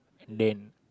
Dan